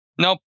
nope